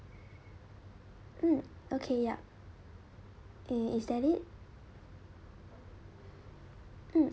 mm okay ya i~ is that it mm